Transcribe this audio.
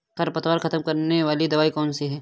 खरपतवार खत्म करने वाली दवाई कौन सी है?